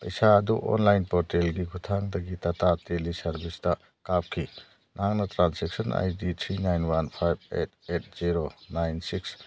ꯄꯩꯁꯥ ꯑꯗꯨ ꯑꯣꯟꯂꯥꯏꯟ ꯄꯣꯔꯇꯦꯜꯒꯤ ꯈꯨꯠꯊꯥꯡꯗꯒꯤ ꯗꯥꯇꯥ ꯇꯦꯂꯤ ꯁꯥꯔꯕꯤꯁꯇ ꯀꯥꯞꯈꯤ ꯅꯍꯥꯛꯅ transaction I D three nine one ꯐꯥꯏꯕ eight eight zero nine six